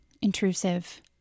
intrusive